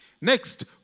Next